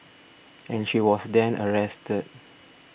and she was then arrested